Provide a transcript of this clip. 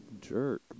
jerk